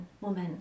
woman